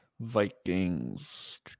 Vikings